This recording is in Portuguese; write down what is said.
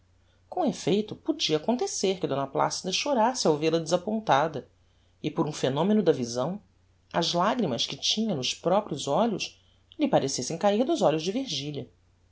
com effeito podia acontecer que d placida chorasse ao vel-a desapontada e por um phenomeno da visão as lagrimas que tinha nos proprios olhos lhe parecessem cair dos olhos de virgilia